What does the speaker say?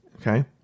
Okay